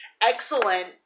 excellent